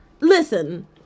listen